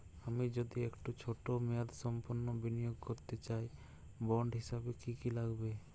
আমি যদি একটু ছোট মেয়াদসম্পন্ন বিনিয়োগ করতে চাই বন্ড হিসেবে কী কী লাগবে?